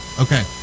Okay